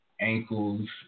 ankles